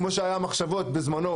כמו שהיה מחשבות בזמנו.